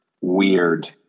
weird